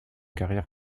carrière